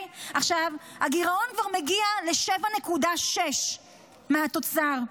הגירעון כבר מגיע ל-7.6 מהתוצר,